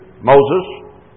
Moses